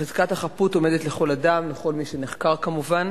לכל מי שנחקר כמובן,